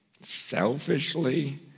selfishly